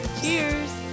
Cheers